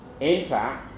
enter